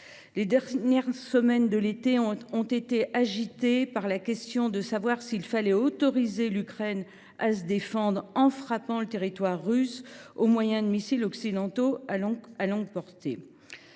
Les dernières semaines de l’été ont été agitées par la question de savoir s’il fallait autoriser l’Ukraine à se défendre en frappant le territoire russe au moyen de missiles occidentaux à longue portée.